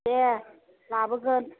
दे लाबोगोन